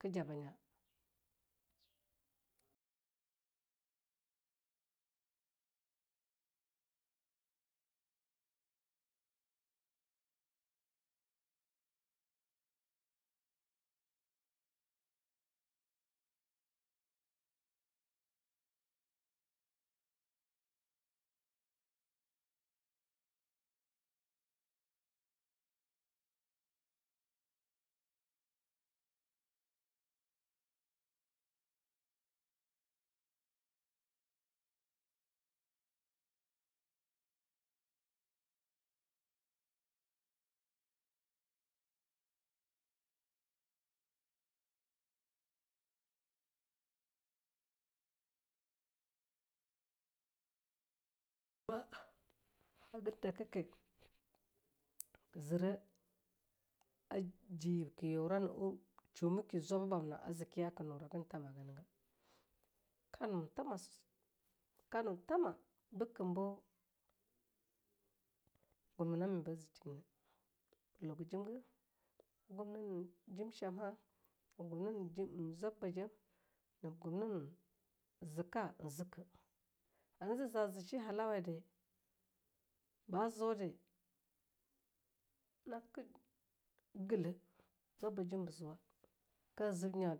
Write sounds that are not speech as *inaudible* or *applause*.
Ka jaba nya, ba hagan daka ki ka zire a ji yib ka yuwa *noise* shuma ka zwaba bamna a zikiya ka nuragin thama gana ga, ka nu thama sosai kanu thama bakam bu gumni nam mi ba zijimna ba luga jimga, gumnin jim shamha, ba gumnin zwab ba jem, gumninzika. haka ziza zi shi hala wai de, ba zu de naka gle zwaba jim ba zuwa kazib na, ka jaba nya.